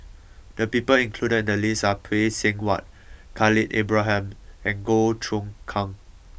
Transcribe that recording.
the people included in the list are Phay Seng Whatt Khalil Ibrahim and Goh Choon Kang